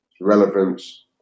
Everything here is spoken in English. relevance